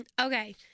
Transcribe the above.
Okay